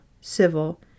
civil